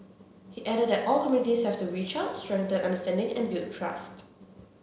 he added that all communities have to reach out strengthen understanding and build trust